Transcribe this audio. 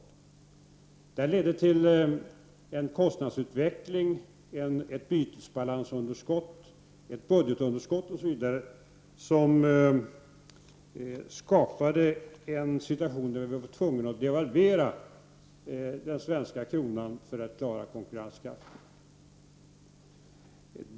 Den politiken ledde till en kostnadsutveckling, ett bytesbalansundeskott, ett budgetunderskott osv. som skapade en situation där man var tvungen att devalvera den svenska kronan för att klara konkurrenskraften.